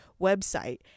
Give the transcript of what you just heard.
website